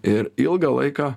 ir ilgą laiką